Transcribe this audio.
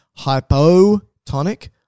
hypotonic